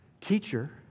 teacher